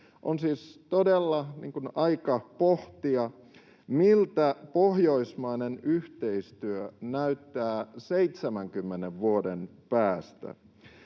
On siis todella aika pohtia, miltä pohjoismainen yhteistyö näyttää 70 vuoden päästä.